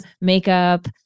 makeup